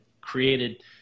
created